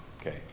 Okay